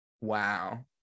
Wow